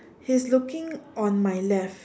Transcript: he is looking on my left